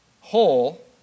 hole